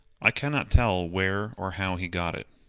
i cannot tell where or how he got it.